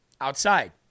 outside